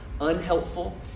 unhelpful